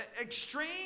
extreme